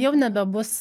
jau nebebus